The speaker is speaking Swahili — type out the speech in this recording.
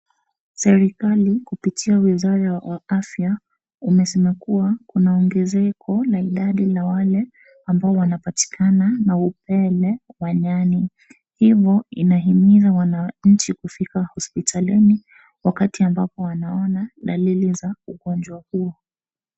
Serikali kupitia wizara wa afya, umesema kua kuna ongezeko la idadi la wale ambao wanapatikana na Upele wa Nyani, hivo inahimiza wananchi kufika hospitalini, wakati ambapo wanaona dalili za ugonjwa huo.